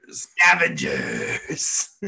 scavengers